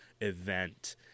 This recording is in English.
event